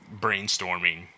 brainstorming